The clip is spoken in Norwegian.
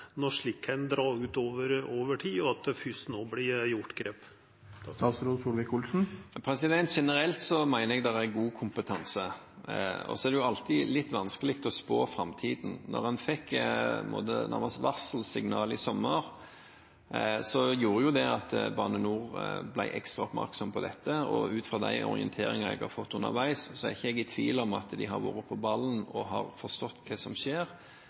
når slikt kan dra ut i tid, og når det fyrst no vert teke grep? Generelt sett mener jeg det er god kompetanse. Det er alltid litt vanskelig å spå om framtiden. Da en fikk varselsignalet i sommer, gjorde det at Bane NOR ble ekstra oppmerksom på dette, og ut ifra de orienteringene jeg har fått underveis, er jeg ikke i tvil om at de har vært på ballen og forstått hva som skjer.